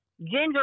Ginger